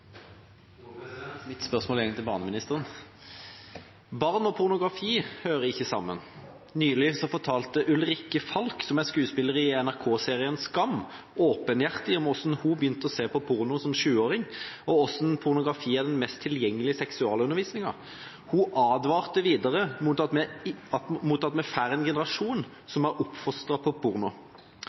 Mitt spørsmål går til barneministeren. Barn og pornografi hører ikke sammen. Nylig fortalte Ulrikke Falch, som er skuespiller i NRK-serien Skam, åpenhjertig at hun begynte å se på porno som sjuåring, og hvordan pornografi er den mest tilgjengelige seksualundervisningen. Hun advarte videre mot at vi får en generasjon som er oppfostret på porno.